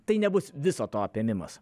tai nebus viso to apėmimas